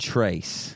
Trace